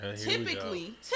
Typically